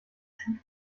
ski